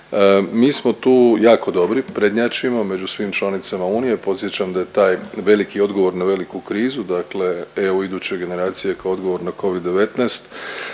mi smo tu jako dobri, prednjačimo među svim članicama unije. Podsjećam da je taj veliki odgovor na veliku krizu, dakle EU iduće generacije kao odgovor na Covid 19,